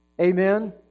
Amen